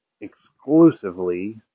exclusively